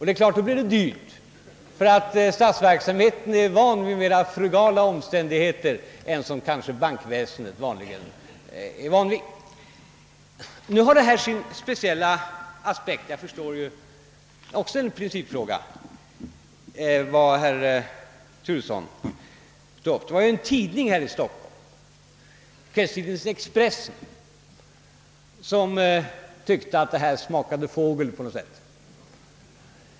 Det är klart att det då blir dyrt, ty statsverksamheten är van vid mera frugala omständigheter än kanske bankväsendet är. Nu har denna sak sin speciella aspekt. Vad herr Turesson tog upp är också en principfråga. Kvällstidningen Expressen här i Stockolm tyckte att detta smakade fågel på något sätt.